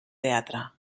teatre